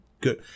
good